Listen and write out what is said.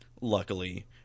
luckily